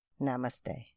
namaste